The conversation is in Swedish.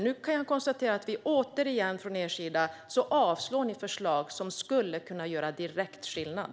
Nu kan jag konstatera att ni återigen avslår förslag som skulle kunna göra direkt skillnad.